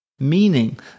meaning